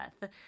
death